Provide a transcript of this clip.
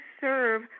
serve